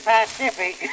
Pacific